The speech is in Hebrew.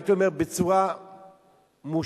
הייתי אומר בצורה מושלמת,